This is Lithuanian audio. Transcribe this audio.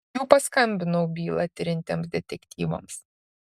jau paskambinau bylą tiriantiems detektyvams